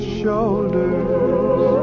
shoulders